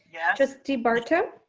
yeah trustee barto.